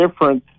difference